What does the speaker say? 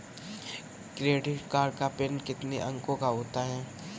Credit card का pin कितने अंकों का होता है?